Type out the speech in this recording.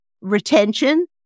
retention